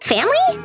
Family